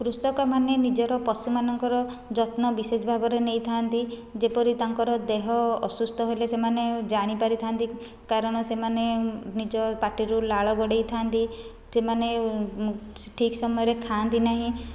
କୃଷକ ମାନେ ନିଜର ପଶୁମାନଙ୍କର ଯତ୍ନ ବିଶେଷ ଭାବରେ ନେଇଥାନ୍ତି ଯେପରି ତାଙ୍କର ଦେହ ଅସୁସ୍ଥ ହେଲେ ସେମାନେ ଜାଣି ପାରିଥାନ୍ତି କାରଣ ସେମାନେ ନିଜ ପାଟିରୁ ଲାଳ ଗଡ଼ାଇଥାନ୍ତି ସେମାନେ ଠିକ ସମୟରେ ଖାଆନ୍ତି ନାହିଁ